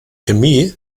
chemie